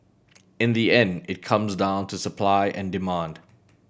in the end it comes down to supply and demand